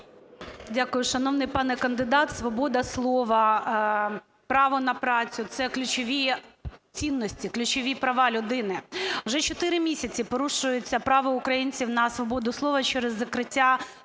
Дякую. Шановний пане кандидат, свобода слова, право на працю – це ключові цінності, ключові права людини. Вже чотири місяці порушується право українців на свободу слова через закриття трьох